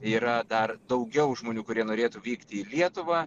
yra dar daugiau žmonių kurie norėtų vykti į lietuvą